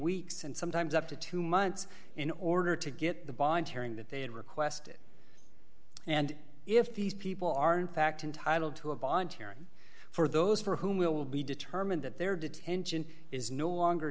weeks and sometimes up to two months in order to get the bond hearing that they had requested and if these people are in fact entitled to a bond hearing for those for whom it will be determined that their detention is no longer